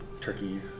turkey